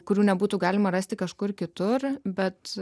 kurių nebūtų galima rasti kažkur kitur bet